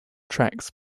tracks